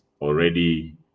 already